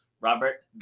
Robert